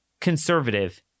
conservative